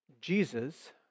Jesus